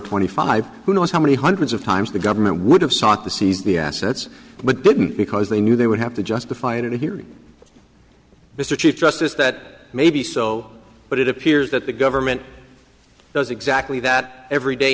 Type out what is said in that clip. twenty five who knows how many hundreds of times the government would have sought to seize the assets but didn't because they knew they would have to justify it at a hearing mr chief justice that maybe so but it appears that the government does exactly that every day